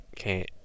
okay